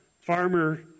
farmer